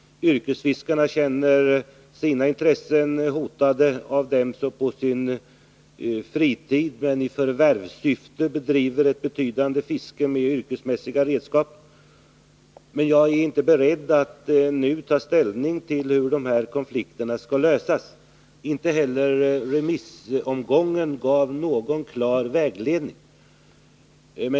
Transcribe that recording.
Yrkesfiskarna känner sina intressen hotade av dem som på sin fritid men i förvärvssyfte bedrivit betydande fiske med yrkesmässiga redskap. Jag är emellertid inte beredd att nu ta ställning till hur de här konflikterna skall lösas. Inte heller remissomgången gav någon klar vägledning.